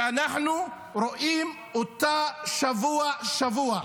ואנחנו רואים אותה שבוע-שבוע.